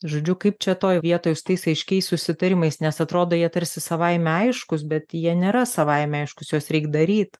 žodžiu kaip čia toj vietoj su tais aiškiais susitarimais nes atrodo jie tarsi savaime aiškūs bet jie nėra savaime aiškūs juos reik daryt